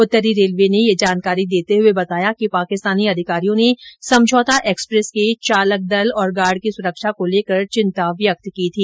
उत्तरी रेलवे ने यह जानकारी देते हुए बताया कि पाकिस्तानी अधिकारियों ने समझौता एक्स्प्रेस के चालक दल और गार्ड की सुरक्षा को लेकर चिंता व्यक्त की थी